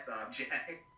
object